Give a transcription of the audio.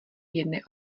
jedné